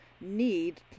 need